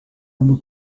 uma